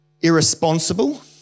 irresponsible